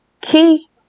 Key